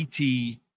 ET